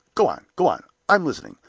go on! go on! i'm listening,